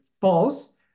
false